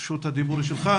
רשות הדיבור היא שלך.